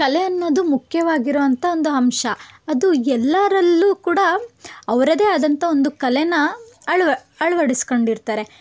ಕಲೆ ಅನ್ನೋದು ಮುಖ್ಯವಾಗಿರೋ ಅಂತ ಒಂದು ಅಂಶ ಅದು ಎಲ್ಲರಲ್ಲೂ ಕೂಡ ಅವರದೇ ಆದಂಥ ಒಂದು ಕಲೆನ ಅಳ್ವ್ ಅಳವಡ್ಸ್ಕೊಂಡಿರ್ತಾರೆ